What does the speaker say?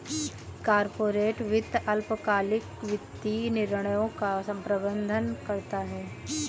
corporate वित्त अल्पकालिक वित्तीय निर्णयों का प्रबंधन करता है